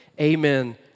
amen